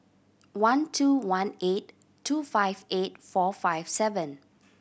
one two one eight two five eight four five seven